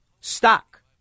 stock